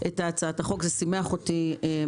אנחנו מתעסקים בזה יום-יום.